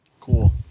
cool